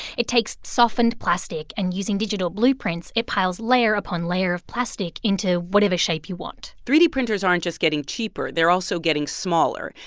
it takes softened plastic, and, using digital blueprints, it piles layer upon layer of plastic into whatever shape you want three d printers aren't just getting cheaper. they're also getting smaller.